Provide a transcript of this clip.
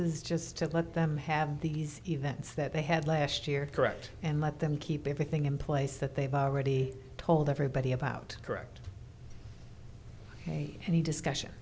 is just to let them have these events that they had last year correct and let them keep everything in place that they've already told everybody about correct any discussion